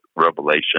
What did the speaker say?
Revelation